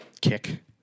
kick